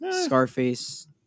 Scarface